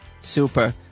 Super